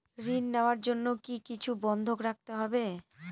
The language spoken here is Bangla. ঋণ নেওয়ার জন্য কি কিছু বন্ধক রাখতে হবে?